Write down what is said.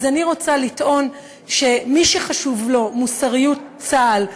אני רוצה לטעון שמי שחשובה לו מוסריות צה"ל,